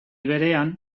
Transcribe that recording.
berean